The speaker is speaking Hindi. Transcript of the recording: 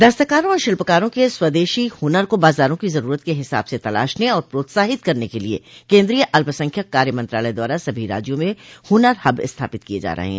दस्तकारों और शिल्पकारों के स्वदेशी हुनर को बाजारों की जरूरत के हिसाब से तलाशने और प्रोत्साहित करने के लिए केन्द्रीय अल्पसंख्यक कार्य मंत्रालय द्वारा सभी राज्यों में हुनर हब स्थापित किये जा रहे है